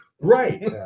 Right